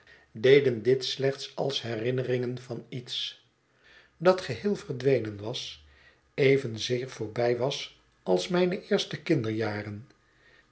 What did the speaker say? deden dit slechts als herinneringen van iets dat geheel verdwenen was evenzeer voorbij was als mijne eerste kinderjaren